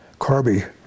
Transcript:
Carby